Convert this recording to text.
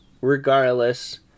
Regardless